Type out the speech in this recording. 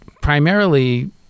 primarily